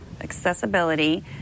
accessibility